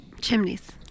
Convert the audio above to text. chimneys